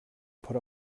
put